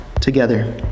together